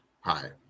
Hi